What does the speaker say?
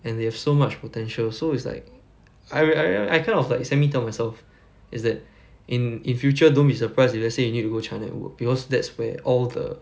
and they have so much potential so it's like I I I kind of like semi tell myself is that in in future don't be surprised if let's say you need to go china and work because that's where all the